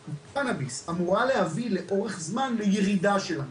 אמורה להביא לאורך זמן לירידה של המחיר.